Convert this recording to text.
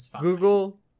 Google